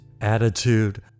attitude